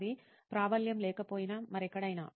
అది ప్రాబల్యం లేకపోయినా మరెక్కడైనా